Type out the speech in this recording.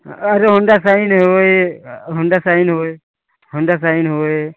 हाँ अरे Honda Shine हो होंडा शाइन हो होंडा शाइन हो